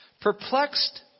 perplexed